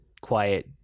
quiet